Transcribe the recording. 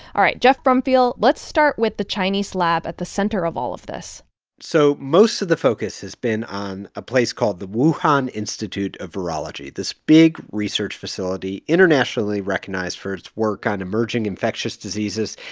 all right. geoff brumfiel, let's start with the chinese lab at the center of all of this so most of the focus has been on a place called the wuhan institute of virology, this big research facility internationally recognized for its work on emerging infectious diseases.